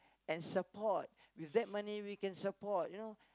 and support with that money we can support you know